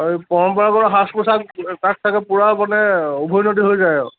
অঁ এই পৰম্পৰাবোৰৰ সাজ পোচাক তাত চাগৈ পূৰা মানে উভৈনদী হৈ যায় আৰু